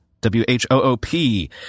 W-H-O-O-P